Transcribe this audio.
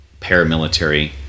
paramilitary